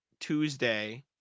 Tuesday